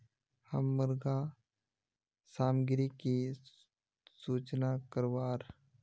हम मुर्गा सामग्री की सूचना करवार?